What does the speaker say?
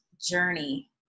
journey